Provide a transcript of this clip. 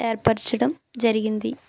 ఏర్పరచడం జరిగింది